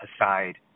aside